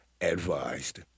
advised